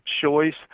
choice